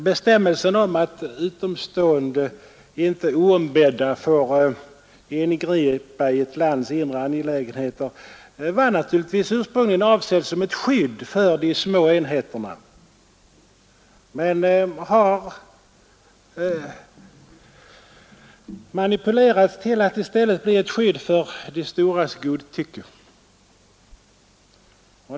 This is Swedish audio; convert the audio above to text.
Bestämmelsen om att utomstående inte oombedda får ingripa i ett lands inre angelägenheter var naturligtvis ursprungligen avsedd som ett skydd för de små enheterna, men den har manipulerats till att i stället bli ett skydd för de storas godtycke.